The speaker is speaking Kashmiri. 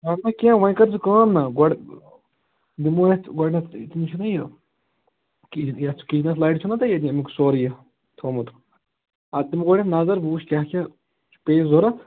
اَدٕ کیٛاہ وۅنۍ کٔرۍزِ کٲم نا گۅڈٕ دِمو اتھ گۅڈٕنیٚتھ یہِ کہِ چھُناہ یہِ کِچ یتھ کِچنس لڑِ چھُنا تۅہہِ ییٚمیُک سورُے یہِ تھوٚومُت اتھ دِمہٕ گۅڈٕ نَظر بہٕ وُچھٕ کیٛاہ کیٛاہ پیٚیہِ ضروٗرت